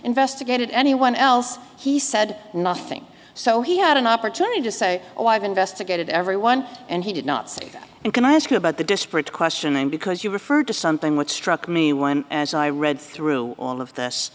investigated anyone else he said nothing so he had an opportunity to say oh i've investigated every one and he did not say that and can i ask you about the disparate question then because you referred to something which struck me when as i read through all of this